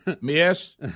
Miss